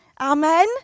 Amen